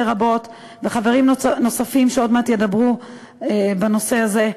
רבות וחברים נוספים שעוד מעט ידברו בנושא הזה: